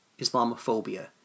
Islamophobia